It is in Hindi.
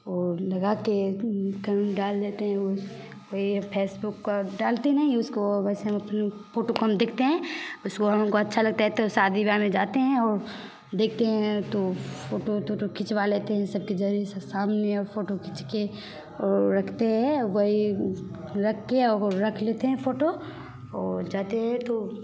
और लगा के कहीं डाल देते हैं उस कोई है फेसबुक का डालते नहीं है उसको वैसे हम अपन फ़ोटो कम देखते हैं उसको हमको अच्छा लगता है तो शादी विवाह में जाते है और देखते है तो फ़ोटो उटो खिचवा लेते हैं सब ज जैसे सामने और फ़ोटो खींचकर और रखते है और वही रखकर और रख लेते हैं फ़ोटो और जाते हैं तो